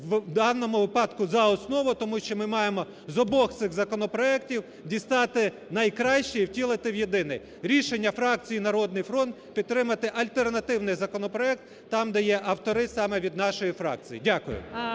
в даному випадку за основу, тому що ми маємо з обох цих законопроектів дістати найкраще і втілити в єдиний. Рішення фракції "Народний фронт" – підтримати альтернативний законопроект, там, де є автори саме від нашої фракції. Дякую.